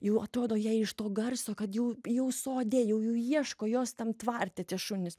jau atrodo jai iš to garso kad jau jau sode jau jau ieško jos tam tvarte tie šunys